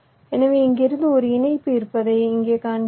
எனவே இங்கிருந்து ஒரு இணைப்பு இருப்பதை இங்கே காண்கிறீர்கள்